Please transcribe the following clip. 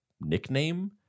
nickname